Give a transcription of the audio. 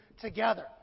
together